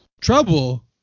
Trouble